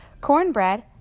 cornbread